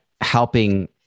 helping